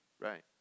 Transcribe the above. Right